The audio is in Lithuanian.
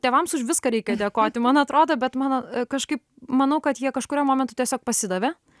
tėvams už viską reikia dėkoti man atrodo bet mano kažkaip manau kad jie kažkuriuo momentu tiesiog pasidavė